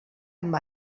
amb